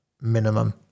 minimum